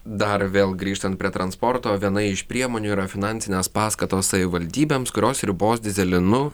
dar vėl grįžtant prie transporto viena iš priemonių yra finansinės paskatos savivaldybėms kurios ribos dyzelinu